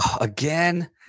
again